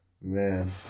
man